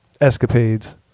escapades